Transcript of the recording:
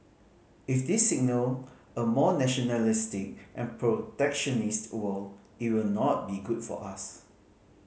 if this signal a more nationalistic and protectionist world it will not be good for us